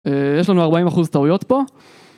יש לנו 40% טעויות פה.